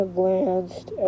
glanced